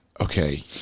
okay